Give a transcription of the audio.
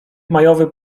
majowy